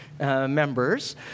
members